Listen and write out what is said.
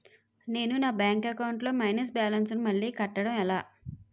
నేను నా bank account లొ మైనస్ బాలన్స్ ను మళ్ళీ కట్టడం ఎలా?